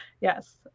yes